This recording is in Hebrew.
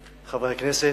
חברי הכנסת,